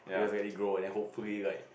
you just let it grow and then hopefully like